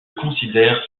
considèrent